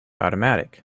automatic